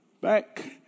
Back